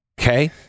Okay